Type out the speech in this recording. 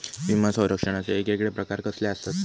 विमा सौरक्षणाचे येगयेगळे प्रकार कसले आसत?